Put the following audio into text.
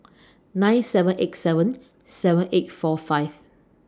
nine seven eight seven seven eight four five